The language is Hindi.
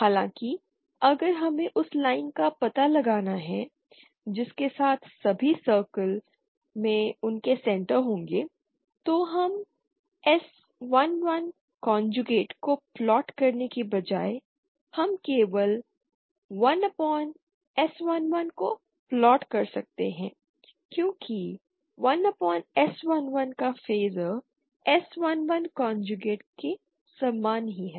हालाँकि अगर हमें उस लाइन का पता लगाना है जिसके साथ सभी सर्कल में उनके सेंटर होंगे तो हम S 11 कोंजूगेट को प्लाट करने के बजाय हम केवल 1 अपॉन S 11 को प्लाट कर सकते हैं क्योंकि 1 अपॉन S 11 का फेसर S 11 कोंजूगेट के समान ही है